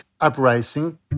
uprising